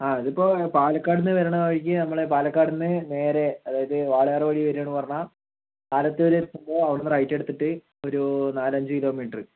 ആ ഇതിപ്പോൾ പാലക്കാട് എന്ന് വരണ വഴിക്ക് നമ്മള് പാലക്കാട് എന്ന് നേരെ അതായത് വാളയാർ വഴി വരിയാണ് പറഞ്ഞാൽ ആലത്തൂരെത്തുമ്പോൾ അവിടുന്ന് റൈറ്റ് എടുത്തിട്ട് ഒരു നാലഞ്ച് കിലോമീറ്ററ്